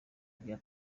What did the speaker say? rya